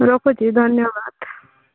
ରଖୁଛି ଧନ୍ୟବାଦ